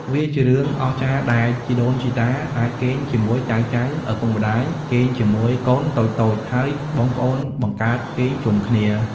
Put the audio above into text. វាជារឿងអស្ចារ្យដែល ជីដូនជីតាអាចគេងជាមួយចៅៗ ឪពុកម្តាយគេងជាមួយកូនតូចៗ ហើយបងប្អូនបង្កើតគេងជុំគ្នា។